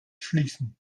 schließen